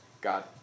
God